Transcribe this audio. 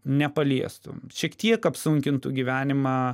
nepaliestų šiek tiek apsunkintų gyvenimą